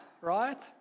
right